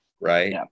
right